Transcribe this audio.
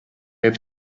have